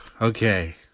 Okay